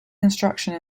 construction